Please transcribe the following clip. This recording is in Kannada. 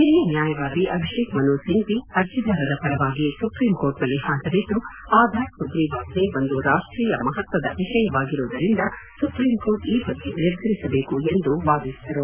ಹಿರಿಯ ನ್ಯಾಯವಾದಿ ಅಭಿಷೇಕ್ ಮನು ಸಿಂಫ್ವಿ ಅರ್ಜಿದಾರರ ಪರವಾಗಿ ಸುಪ್ರೀಂಕೋರ್ಟ್ ನಲ್ಲಿ ಹಾಜರಿದ್ದು ಆಧಾರ್ ಸುಗ್ರೀವಾಜ್ಞೆ ಒಂದು ರಾಷ್ಟೀಯ ಮಹತ್ವದ ವಿಷಯವಾಗಿರುವುದರಿಂದ ಸುಪ್ರೀಂಕೋರ್ಟ್ ಈ ಬಗ್ಗೆ ನಿರ್ಧರಿಸಬೇಕು ಎಂದು ವಾದಿಸಿದರು